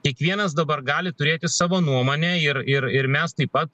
kiekvienas dabar gali turėti savo nuomonę ir ir ir mes taip pat